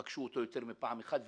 הם פגשו אותו יותר מפעם אחת,